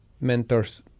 mentors